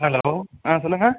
hello ஆ சொல்லுங்கள்